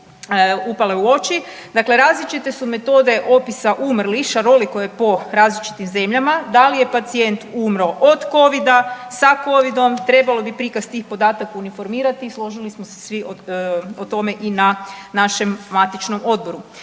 upale u oči. Dakle, različite su metode opisa umrlih, šaroliko je po različitim zemljama, da je pacijent umro od Covida, sa Covidom, trebalo bi prikaz tih podataka uniformirati i složili smo se svi o tome i na našem matičnom odboru.